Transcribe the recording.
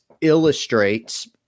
illustrates